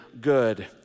good